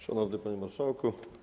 Szanowny Panie Marszałku!